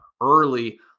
early